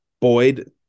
Boyd